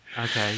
Okay